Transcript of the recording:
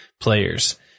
players